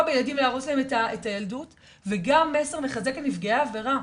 בילדים להרוס להם את הילדות וגם מסר מחזק לנפגעי העבירה.